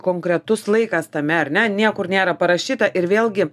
konkretus laikas tame ar ne niekur nėra parašyta ir vėlgi